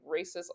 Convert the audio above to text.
racist